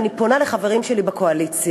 ואני פונה לחברים שלי בקואליציה: